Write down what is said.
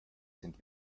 sind